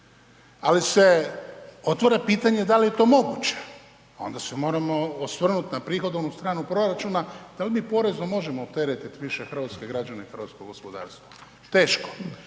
Ali se otvara pitanje da li je to moguće. A onda se moramo osvrnuti na prihodovnu stranu proračuna da li mi porezno možemo opteretiti više hrvatske građane kroz gospodarstvo. Teško.